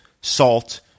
salt –